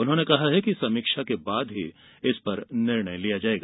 उन्होंने कहा कि समीक्षा के बाद ही इस पर निर्णय किया जायेगा